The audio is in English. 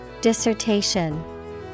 Dissertation